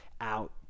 out